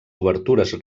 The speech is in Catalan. obertures